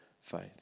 faith